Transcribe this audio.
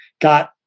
got